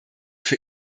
für